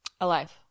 Alive